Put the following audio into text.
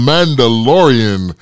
Mandalorian